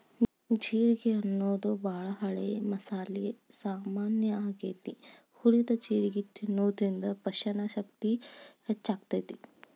ಜೇರ್ಗಿ ಅನ್ನೋದು ಬಾಳ ಹಳೆ ಮಸಾಲಿ ಸಾಮಾನ್ ಆಗೇತಿ, ಹುರಿದ ಜೇರ್ಗಿ ತಿನ್ನೋದ್ರಿಂದ ಪಚನಶಕ್ತಿ ಹೆಚ್ಚಾಗ್ತೇತಿ